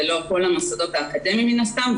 ואלה לא כל המוסדות האקדמיים מן הסתם.